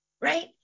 Right